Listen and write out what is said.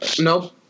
Nope